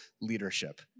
leadership